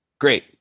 Great